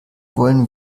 wollen